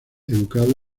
educado